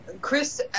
Chris